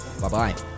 bye-bye